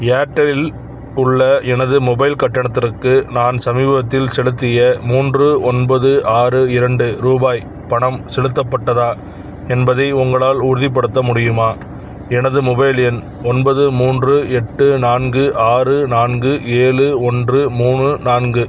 ஏர்டெல்லில் உள்ள எனது மொபைல் கட்டணத்திற்கு நான் சமீபத்தில் செலுத்திய மூன்று ஒன்பது ஆறு இரண்டு ரூபாய் பணம் செலுத்தப்பட்டதா என்பதை உங்களால் உறுதிப்படுத்த முடியுமா எனது மொபைல் எண் ஒன்பது மூன்று எட்டு நான்கு ஆறு நான்கு ஏழு ஒன்று மூணு நான்கு